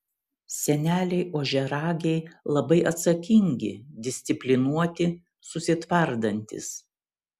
seneliai ožiaragiai labai atsakingi disciplinuoti susitvardantys